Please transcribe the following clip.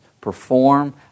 perform